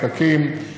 כשאתה מדבר על פקקים,